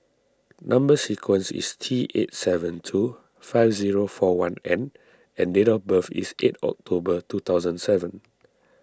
Number Sequence is T eight seven two five zero four one N and date of birth is eight October two thousand seven